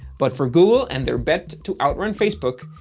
but for google and their bet to outrun facebook,